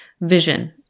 vision